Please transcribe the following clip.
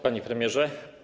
Panie Premierze!